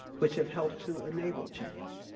which have helped to enable change.